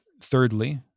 thirdly